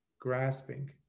grasping